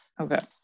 okay